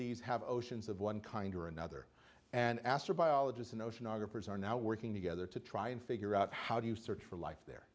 these have oceans of one kind or another and astrobiologists and oceanographers are now working together to try and figure out how do you search for life there